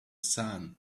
sun